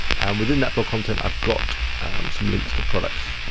within that blog content, i've got some links to products.